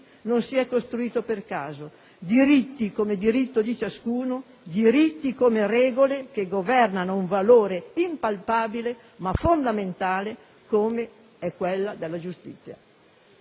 non si è costruito per caso: «diritti» come diritto di ciascuno; «diritti» come regole che governano un valore impalpabile, ma fondamentale, come quello della giustizia.